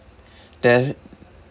there's